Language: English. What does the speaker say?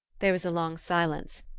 there was a long silence.